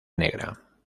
negra